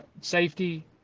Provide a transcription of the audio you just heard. safety